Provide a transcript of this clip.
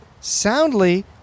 soundly